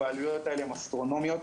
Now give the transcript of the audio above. והעלויות האלה הן אסטרונומיות,